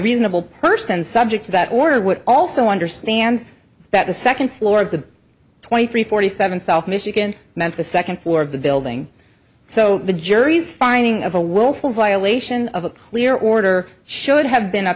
reasonable person subject to that order would also understand that the second floor of the twenty three forty seven south michigan meant the second floor of the building so the jury's finding of a willful violation of a clear order should have been u